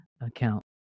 account